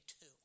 two